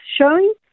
showing